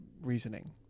reasoning